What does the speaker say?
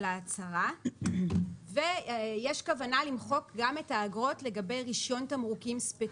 על ההצהרה ויש כוונה למחוק גם את האגרות לגבי רישיון תמרוקים ספציפי.